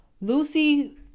Lucy